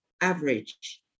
average